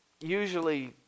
usually